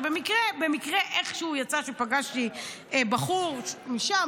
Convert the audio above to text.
שבמקרה איכשהו פגשתי בחור משם,